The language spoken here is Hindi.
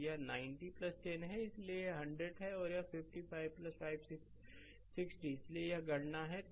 तो यह 90 10 है इसलिए यह 100 है और यह 55 560 है इसलिए यह गणना है